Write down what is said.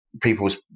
people's